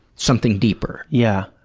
something deeper. yeah,